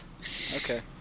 Okay